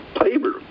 labor